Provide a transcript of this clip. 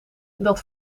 dat